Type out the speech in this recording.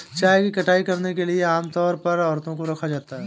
चाय की कटाई करने के लिए आम तौर पर औरतों को रखा जाता है